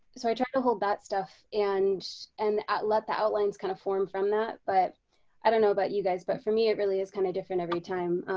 so i try to hold that stuff and and let the outlines kind of form from that, but i don't know about you guys but for me, it really is kind of different every time.